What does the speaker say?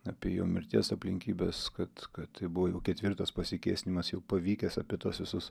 apie jo mirties aplinkybes kad kad tai buvo jau ketvirtas pasikėsinimas jau pavykęs apie tuos visus